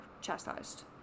chastised